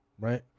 right